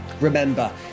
Remember